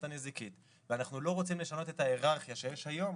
הנזיקית ואנחנו לא רוצים לשנות את ההיררכיה שיש היום,